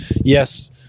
Yes